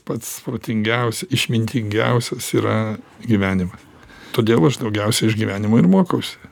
pats protingiausias išmintingiausias yra gyvenimas todėl aš daugiausiai iš gyvenimo ir mokausi